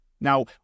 Now